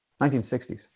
1960s